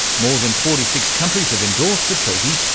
more than forty six countries have endorsed the treaty,